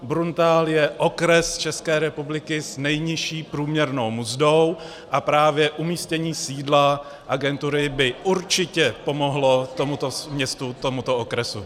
Bruntál je okres z České republiky s nejnižší průměrnou mzdou a právě umístění sídla agentury by určitě pomohlo tomuto městu, tomuto okresu.